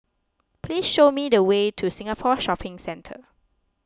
please show me the way to Singapore Shopping Centre